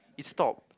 it stop